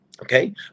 Okay